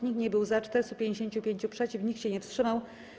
Nikt nie był za, 455 - przeciw, nikt się nie wstrzymał.